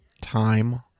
time